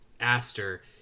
Aster